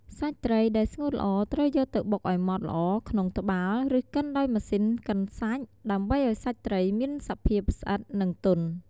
សាច់ត្រីដែលស្ងួតល្អត្រូវយកទៅបុកឱ្យម៉ត់ល្អក្នុងត្បាល់ ឬកិនដោយម៉ាស៊ីនកិនសាច់ ដើម្បីឱ្យសាច់ត្រីមានសភាពស្អិត និងទន់។